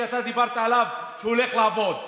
שאתה דיברת עליו שהוא הולך לעבוד,